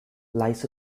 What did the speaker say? lies